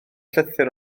llythyr